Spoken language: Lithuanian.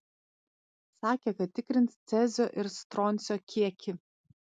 sakė kad tikrins cezio ir stroncio kiekį